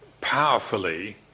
powerfully